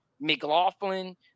mclaughlin